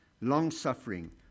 long-suffering